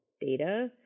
data